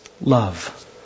love